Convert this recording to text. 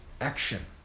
action